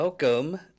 Welcome